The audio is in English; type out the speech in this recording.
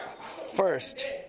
first